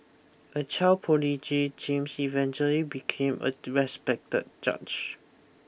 a child prodigy James eventually became a respected judge